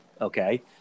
okay